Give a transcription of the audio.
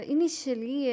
Initially